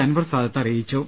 അൻവർ സാദത്ത് അറിയിച്ചു